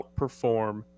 outperform